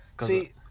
See